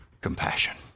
compassion